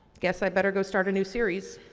guess i better go start a new series.